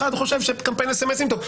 אחר חושב שקמפיין סמ"סים טוב.